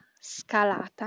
scalata